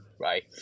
Right